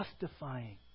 justifying